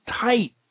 tight